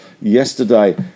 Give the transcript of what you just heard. yesterday